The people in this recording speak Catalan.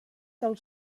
del